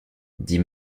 dit